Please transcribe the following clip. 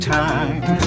time